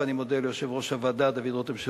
ואני מודה ליושב-ראש הוועדה דוד רותם,